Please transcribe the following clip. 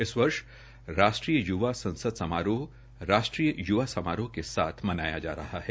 इस वर्ष राष्ट्रीय य्वा समारोह राष्ट्रीय य्वा समारोह के साथ मनाया जा रहा है